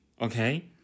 okay